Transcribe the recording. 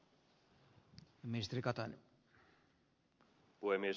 arvoisa puhemies